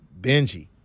Benji